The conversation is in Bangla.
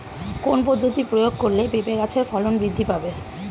কোন পদ্ধতি প্রয়োগ করলে পেঁপে গাছের ফলন বৃদ্ধি পাবে?